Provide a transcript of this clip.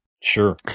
sure